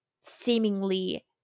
seemingly